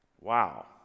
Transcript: Wow